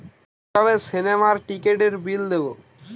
কিভাবে সিনেমার টিকিটের বিল দেবো?